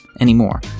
anymore